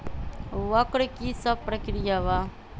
वक्र कि शव प्रकिया वा?